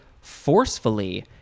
forcefully